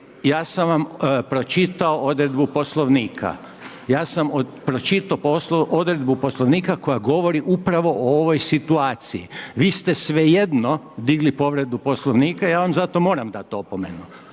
ja sam vam pročitao odredbu Poslovnika, ja sam pročitao odredbu Poslovnika koja govori upravo o ovoj situaciji, vi ste svejedno digli povredu Poslovnika, ja vam za to moram dati opomenu